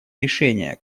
решения